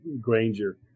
Granger